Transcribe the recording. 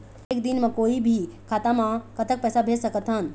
एक दिन म कोई भी खाता मा कतक पैसा भेज सकत हन?